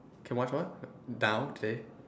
can watch what down today